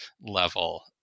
level